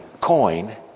coin